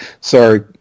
Sorry